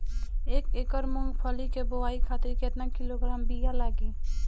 एक एकड़ मूंगफली क बोआई खातिर केतना किलोग्राम बीया लागी?